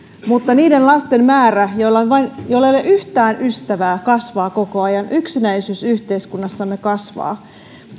mutta niiden lasten määrä joilla ei ole yhtään ystävää kasvaa koko ajan yksinäisyys yhteiskunnassamme kasvaa